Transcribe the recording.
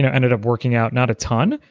and ended up working out, not a ton,